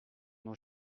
nos